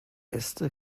äste